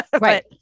Right